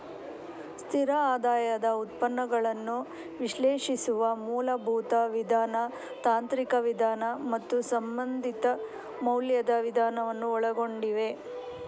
ಸ್ಥಿರ ಆದಾಯದ ಉತ್ಪನ್ನಗಳನ್ನು ವಿಶ್ಲೇಷಿಸುವ ಮೂಲಭೂತ ವಿಧಾನ, ತಾಂತ್ರಿಕ ವಿಧಾನ ಮತ್ತು ಸಂಬಂಧಿತ ಮೌಲ್ಯದ ವಿಧಾನವನ್ನು ಒಳಗೊಂಡಿವೆ